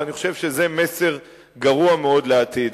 ואני חושב שזה מסר גרוע מאוד לעתיד.